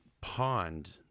pond